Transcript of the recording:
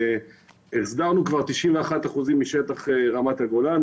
הסדרנו כבר 91 אחוזים משטח רמת הגולן,